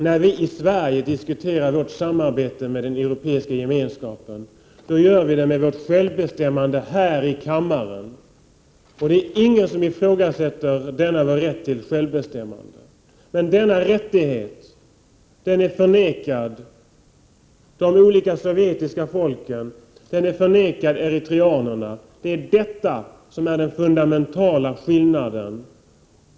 När vi i Sverige diskuterar vårt samarbete med den europeiska gemenskapen, gör vi det med vårt självbestämmande här i kammaren. Det är ingen som ifrågasätter denna rätt till självbestämmande. Men denna rättighet är förnekad de olika sovjetiska folken och eritreanerna. Det är detta som är den fundamentala skillnaden.